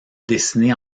dessinés